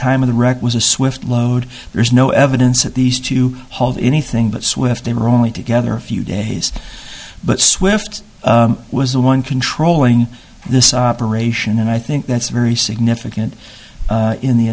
time of the wreck was a swift load there's no evidence that these two hold anything but swift they were only together a few days but swift was the one controlling this operation and i think that's very significant in the